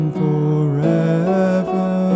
forever